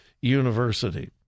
University